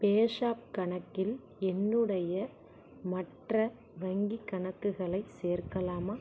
பேஸாப் கணக்கில் என்னுடைய மற்ற வங்கிக் கணக்குகளை சேர்க்கலாமா